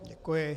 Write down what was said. Děkuji.